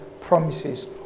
promises